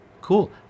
Cool